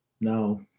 No